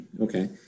Okay